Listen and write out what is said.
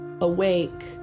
awake